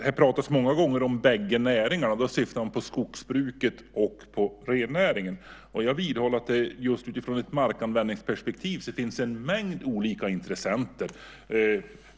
Det pratas många gånger om "bägge näringarna", och då syftar man på skogsbruket och rennäringen, men jag vidhåller att det utifrån ett markanvändningsperspektiv finns en mängd olika intressenter.